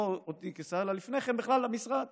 לא אותי כשר אלא לפני כן בכלל במשרד.